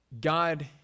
God